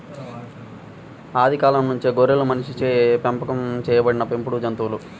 ఆది కాలం నుంచే గొర్రెలు మనిషిచే పెంపకం చేయబడిన పెంపుడు జంతువులు